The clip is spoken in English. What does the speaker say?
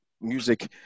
music